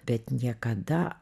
bet niekada